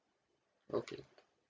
okay